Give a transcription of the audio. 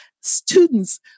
students